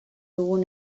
dugun